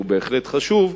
והוא בהחלט חשוב,